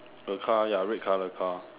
a car ya red color car